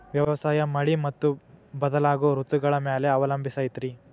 ವ್ಯವಸಾಯ ಮಳಿ ಮತ್ತು ಬದಲಾಗೋ ಋತುಗಳ ಮ್ಯಾಲೆ ಅವಲಂಬಿಸೈತ್ರಿ